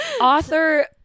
Author